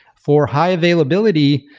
for high-availability,